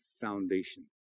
foundation